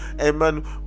amen